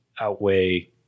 outweigh